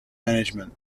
management